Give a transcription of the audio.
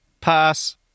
Pass